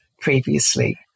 previously